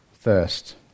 first